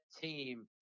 team